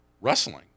wrestling